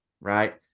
right